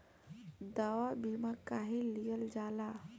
दवा बीमा काहे लियल जाला?